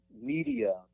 media